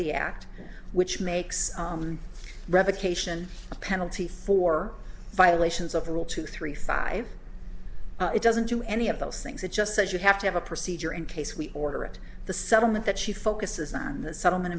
the act which makes revocation a penalty for violations of the rule two three five it doesn't do any of those things it just says you have to have a procedure in case we order it the settlement that she focuses on the settlement